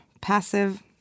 passive